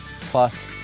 Plus